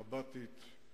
נבטית,